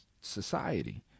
society